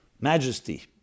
majesty